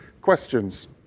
questions